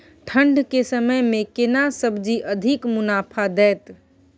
ठंढ के समय मे केना सब्जी अधिक मुनाफा दैत?